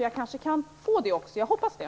Jag kanske kan få det också. Jag hoppas det.